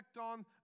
on